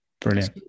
Brilliant